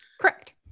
Correct